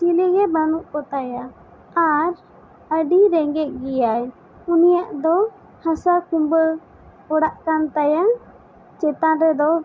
ᱪᱤᱞᱤ ᱜᱮ ᱵᱟᱹᱱᱩᱜ ᱠᱚ ᱛᱟᱭᱟ ᱟᱨ ᱟᱹᱰᱤ ᱨᱮᱸᱜᱮᱡ ᱜᱮᱭᱟᱭ ᱩᱱᱤᱭᱟᱜ ᱫᱚ ᱦᱟᱥᱟ ᱠᱩᱢᱵᱟᱹ ᱚᱲᱟᱜ ᱠᱟᱱ ᱛᱟᱭᱟ ᱪᱮᱛᱟᱱ ᱨᱮᱫᱚ